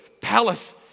palace